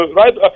right